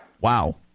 Wow